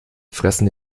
fressen